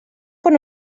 quan